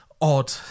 odd